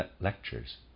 lectures